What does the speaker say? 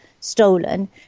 stolen